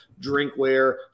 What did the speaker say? drinkware